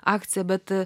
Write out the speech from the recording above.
akcija bet